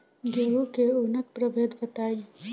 गेंहू के उन्नत प्रभेद बताई?